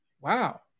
wow